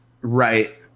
right